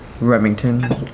Remington